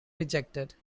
rejected